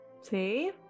See